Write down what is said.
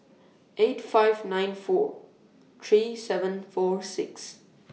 eight five nine four three seven four six